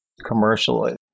commercially